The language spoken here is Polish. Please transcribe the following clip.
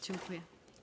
Dziękuję.